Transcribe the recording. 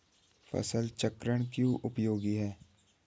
फसल चक्रण क्यों उपयोगी है?